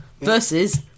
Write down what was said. versus